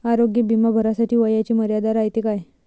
आरोग्य बिमा भरासाठी वयाची मर्यादा रायते काय?